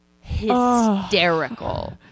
hysterical